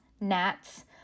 gnats